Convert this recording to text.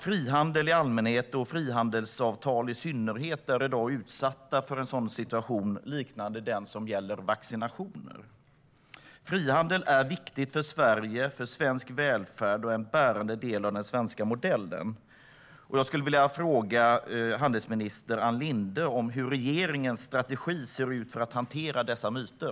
Frihandel i allmänhet och frihandelsavtal i synnerhet är i dag utsatta för en situation liknande den för vaccinationer. Frihandeln är viktig för Sverige och svensk välfärd och en bärande del av den svenska modellen. Jag skulle vilja fråga handelsminister Ann Linde hur regeringens strategi ser ut för att hantera dessa myter.